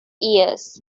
years